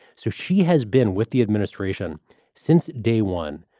so she has been with the administration since day one,